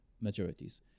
majorities